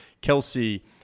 Kelsey